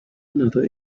another